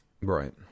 Right